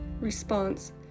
response